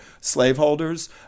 slaveholders